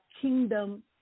kingdom